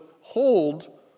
hold